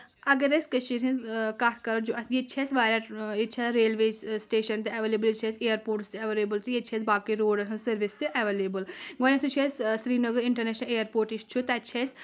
اگر أسۍ کٔشیٖرِ ہِنٛز کتھ کرو ییٚتہِ چھِ اَسہِ واریاہ ییٚتہِ چھِ ریلوے سِٹیشن تہِ ایویلیبٕل ییٚتہِ چھِ اَسہِ اِیَرپوٹس تہِ ایویلیبٕل تہٕ ییٚتہِ چھِ أسۍ باقٕے روڈَن ہٕنٛز سٔروِس تہِ ایویلیبٕل گۄڈنؠتھٕے چھِ اَسہِ سری نگر اِنٹرنیشنَل اِیرپوٹ یُس چھُ تَتہِ چھِ أسۍ